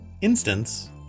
instance